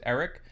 Eric